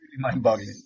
mind-boggling